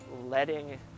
letting